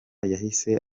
yahise